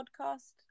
podcast